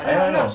I know I know